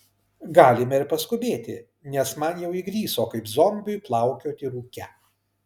galime ir paskubėti nes man jau įgriso kaip zombiui plaukioti rūke